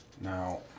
Now